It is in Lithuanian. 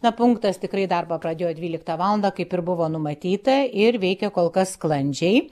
na punktas tikrai darbą pradėjo dvyliktą valandą kaip ir buvo numatyta ir veikia kol kas sklandžiai